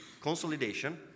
consolidation